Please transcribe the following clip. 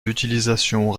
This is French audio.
d’utilisation